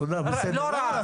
תודה, בסדר.